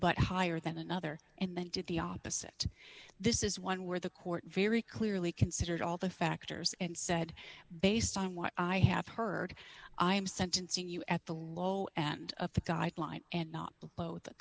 but higher than another and did the opposite this is one where the court very clearly considered all the factors and said based on what i have heard i am sentencing you at the low end of the guideline and not